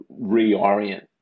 reorient